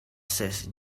says